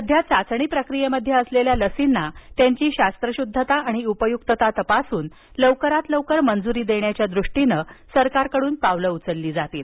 सध्या चाचणी प्रक्रीयेमध्ये असलेल्या लसींना त्यांची शास्त्रशुद्धता आणि उपयुक्तता तपासून लवकरात लवकर मंजुरी देण्याच्या दृष्टीनं सरकारकडून पावलं उचलली जातील